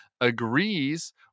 agrees